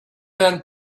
man